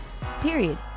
Period